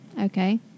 Okay